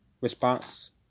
response